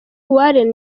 warren